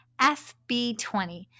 FB20